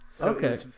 Okay